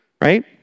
right